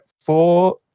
four